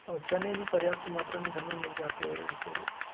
और चने भी पर्याप्त मात्रा में घर में मिल जाते हैं उसे